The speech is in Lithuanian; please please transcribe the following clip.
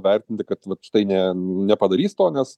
vertinti kad vat štai ne nepadarys to nes